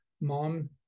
mom